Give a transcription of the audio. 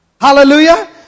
Hallelujah